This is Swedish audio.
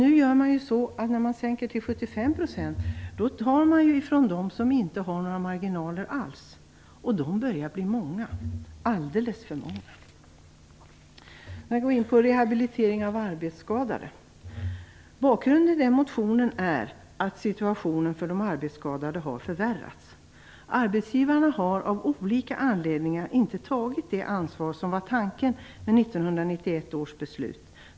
Nu gör man så att när man sänker till 75 % tar man ifrån dem som inte har några marginaler alls, och de börjar bli många, alldeles för många. Jag kommer nu in på rehabiliteringen av arbetsskadade. Bakgrund till den motionen är att situationen för de arbetsskadade har förvärrats. Arbetsgivarna har av olika anledningar inte tagit det ansvar som var tanken med 1991 års beslut.